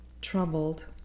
troubled